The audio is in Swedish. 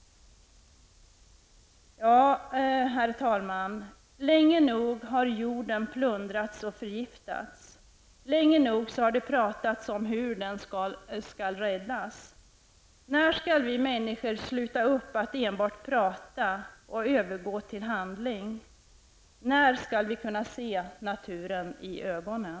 Herr talman! Länge nog har jorden plundrats och förgiftats. Länge nog har det pratats om hur den skall räddas. När skall vi människor sluta att enbart prata och i stället övergå till handling? När skall vi kunna se naturen i ögonen.